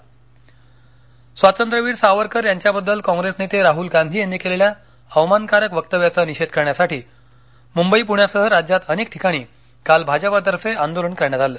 निषेध स्वातंत्र्यवीर सावरकर यांच्याबद्दल काँप्रेस नेते राहूल गांधी यांनी केलेल्या अवमानकारक वक्तव्याचा निषेध करण्यासाठी मुंबई पुण्यासह राज्यात अनेक ठिकाणी काल भाजपा तर्फे आंदोलन करण्यात आलं